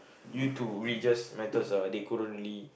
due to religious matters ah they couldn't really